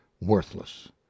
worthless